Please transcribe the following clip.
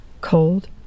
Cold